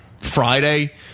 Friday